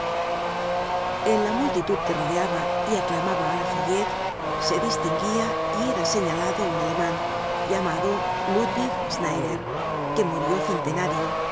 en la multitud que rodeaba y aclamaba á lafayette se distinguia y era señalado un aleman llamado ludwig snyder que murió centenario